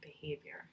behavior